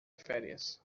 férias